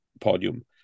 podium